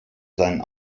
seinen